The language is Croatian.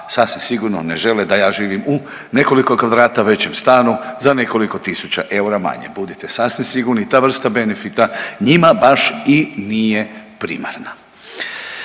sasvim sigurno ne žele da ja živim u nekoliko kvadrata većem stanu za nekoliko tisuća eura manje, budete sasvim sigurni ta vrsta benefita njima baš i nije primarna.